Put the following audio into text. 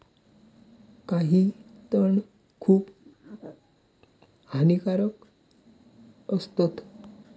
काही तण खूप हानिकारक असतत